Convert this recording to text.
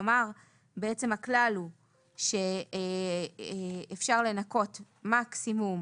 כלומר, הכלל הוא שאפשר לנכות מקסימום